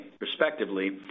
respectively